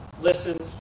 listen